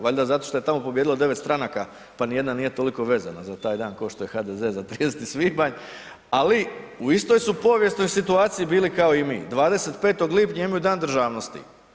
Valjda zato što je tamo pobijedilo 9 stranaka pa nijedna nije toliko vezana za taj kao što je HDZ za 30. svibnja, ali u istoj su povijesnoj situaciji bili kao i mi. 25. lipnja imaju Dan državnosti.